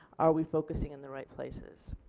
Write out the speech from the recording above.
are we focusing in the right places?